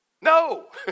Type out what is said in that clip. No